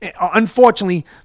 unfortunately